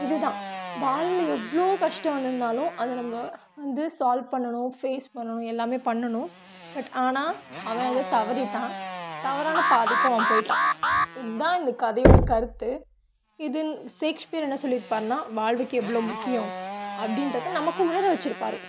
இதுதான் வால்வில் எவ்வளோ கஷ்டம் வந்திருந்தாலும் அதை நம்ம வந்து சால்வ் பண்ணணும் ஃபேஸ் பண்ணணும் எல்லாமே பண்ணணும் பட் ஆனால் அவன் அதை தவறிட்டான் தவறான பாதைக்கு அவன் போய்ட்டான் இதான் இந்த கதையோட கருத்து இதுல ஸேக்ஸ்பியர் என்ன சொல்லியிருப்பாருன்னா வாழ்வுக்கு எவ்வளோ முக்கியம் அப்படின்றத நமக்கு உணர வைச்சிருப்பாரு